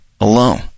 alone